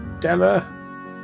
Della